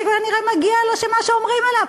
שככל הנראה מגיע לו מה שאומרים עליו,